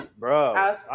Bro